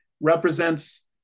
represents